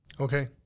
Okay